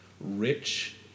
rich